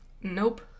Nope